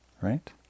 right